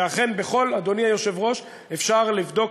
ואכן, אדוני היושב-ראש, אפשר לבדוק